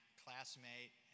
classmate